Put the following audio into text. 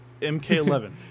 MK11